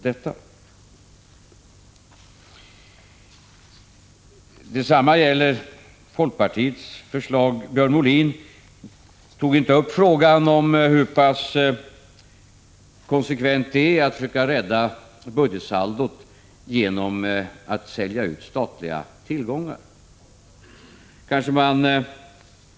Detsamma gäller folkpartiets förslag. Björn Molin tog inte upp frågan om hur pass konsekvent det är att försöka rädda budgetsaldot genom att sälja ut statliga tillgångar.